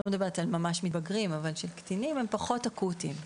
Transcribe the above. מדברת על ממש מתבגרים אבל של קטינים הם פחות אקוטיים.